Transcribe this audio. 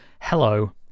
hello